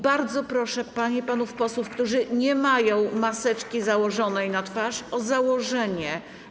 Bardzo proszę panie i panów posłów, którzy nie mają maseczki założonej na twarz, o założenie.